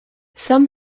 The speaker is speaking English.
some